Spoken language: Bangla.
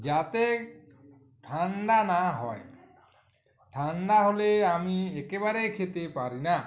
যাতে ঠান্ডা না হয় ঠান্ডা হলে আমি একেবারে খেতে পারি না